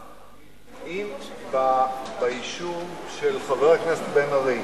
אם ביישוב של חבר הכנסת בן-ארי